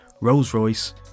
Rolls-Royce